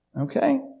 Okay